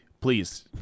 Please